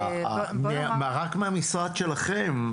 רק מהמשרד שלכם,